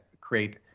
create